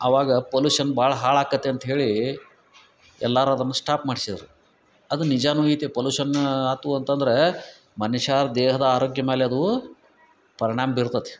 ಅವಾಗ ಪೊಲುಷನ್ ಭಾಳ ಹಾಳಕತ್ತಿ ಅಂತ ಹೇಳಿ ಎಲ್ಲಾರೂ ಅದನ್ನು ಸ್ಟಾಪ್ ಮಾಡ್ಸಿದ್ರು ಅದು ನಿಜವೂ ಐತೆ ಪೊಲುಷನ್ ಆಯ್ತು ಅಂತಂದರೆ ಮನುಷ್ಯ ದೇಹದ ಆರೋಗ್ಯ ಮೇಲೆ ಅದೂ ಪರ್ಣಾಮ ಬೀರ್ತದ್